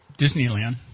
Disneyland